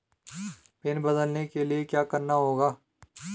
Pin बदलने के लिए क्या करना होगा?